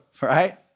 right